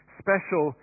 special